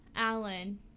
Alan